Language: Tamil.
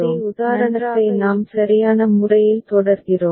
எனவே அதே உதாரணத்தை நாம் சரியான முறையில் தொடர்கிறோம்